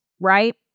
right